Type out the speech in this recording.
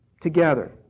together